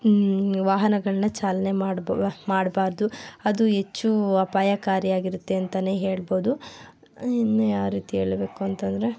ವಾಹನಗಳನ್ನು ಚಾಲನೆ ಮಾಡಿ ಮಾಡ್ಬಾರ್ದು ಅದು ಹೆಚ್ಚು ಅಪಾಯಕಾರಿಯಾಗಿರುತ್ತೆ ಅಂತಲೇ ಹೇಳ್ಬೋದು ಇನ್ನು ಯಾವ ರೀತಿ ಹೇಳಬೇಕು ಅಂತಂದರೆ